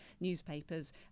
newspapers